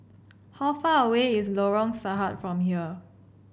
how far away is Lorong Sarhad from here